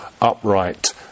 upright